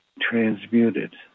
transmuted